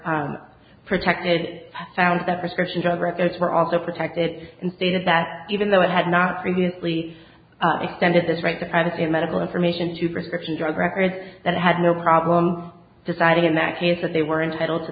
court protected i found that prescription drug records were also protected and stated that even though it had not previously extended this right to privacy and medical information to prescription drug records that had no problem deciding in that case that they were entitled to